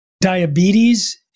Diabetes